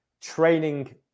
training